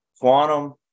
quantum